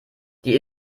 die